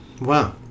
Wow